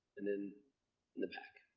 and then in the back.